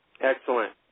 Excellent